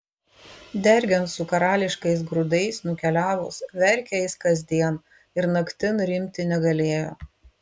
dergiant su karališkais grūdais nukeliavus verkė jis kasdien ir naktyj rimti negalėjo